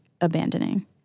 abandoning